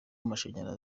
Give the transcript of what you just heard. amashanyarazi